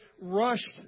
rushed